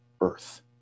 earth